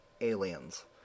Aliens